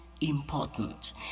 important